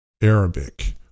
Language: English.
Arabic